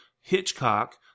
Hitchcock